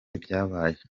ibyabaye